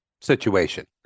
situation